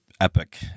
epic